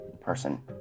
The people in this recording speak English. person